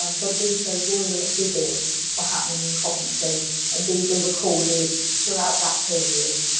um but also royal visits were happening in coventry and these were recorded throughout that period.